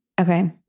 Okay